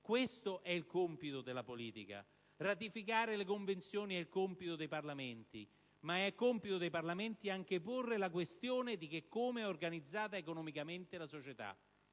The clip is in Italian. Questo è il compito della politica: ratificare le Convenzioni è compito dei Parlamenti, ma è compito dei Parlamenti anche porre la questione relativa al modo in cui è organizzata economicamente la società.